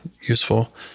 useful